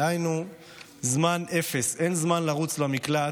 דהיינו זמן אפס, אין זמן לרוץ למקלט.